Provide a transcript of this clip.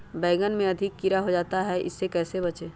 बैंगन में अधिक कीड़ा हो जाता हैं इससे कैसे बचे?